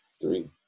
three